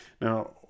Now